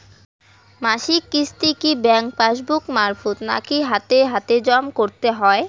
মাসিক কিস্তি কি ব্যাংক পাসবুক মারফত নাকি হাতে হাতেজম করতে হয়?